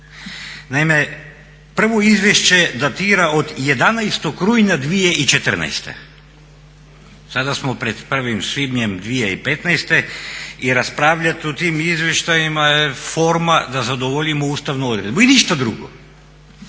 Naime, prvo izvješće datira od 11. rujna 2014., sada smo pred 1. svibnjem 2015. i raspravljati o tim izvještajima je forma da zadovoljimo ustavnu odredbu i ništa drugo.